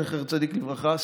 זכר צדיק לברכה,